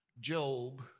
Job